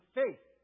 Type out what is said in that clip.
faith